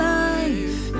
life